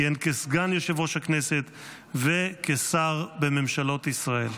כיהן כסגן יושב-ראש הכנסת וכשר בממשלות ישראל.